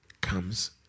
comes